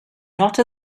not